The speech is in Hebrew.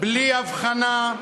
בלי הבחנה,